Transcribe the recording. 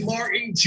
Martin